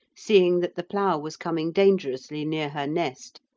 seeing that the plough was coming dangerously near her nest,